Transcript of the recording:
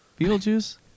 Beetlejuice